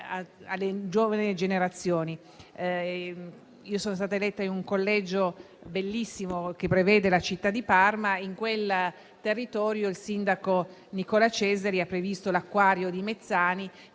alle giovani generazioni. Io sono stata eletta in un collegio bellissimo che include la città di Parma e in quel territorio il sindaco Nicola Cesari ha previsto l'acquario di Mezzani, che